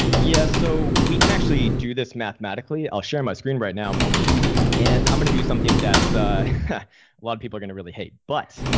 yes, so we can actually do this mathematically. i'll share my screen right now and i'm going to do something that's a lot of people going to really hate. but